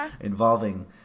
involving